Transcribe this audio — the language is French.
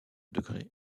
degré